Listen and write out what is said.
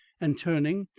and turning,